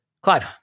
Clive